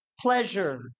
pleasure